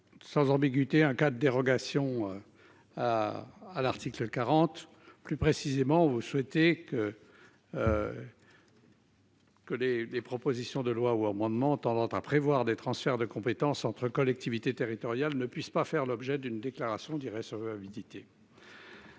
Sans ambiguïté. Un cas de dérogation. À l'article 40. Plus précisément, vous souhaitez que. Que les, les propositions de lois ou amendements tendant à prévoir des transferts de compétences entre collectivités territoriales ne puisse pas faire l'objet d'une déclaration dirait